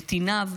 נתיניו,